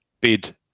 bid